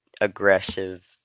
aggressive